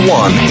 one